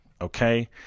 okay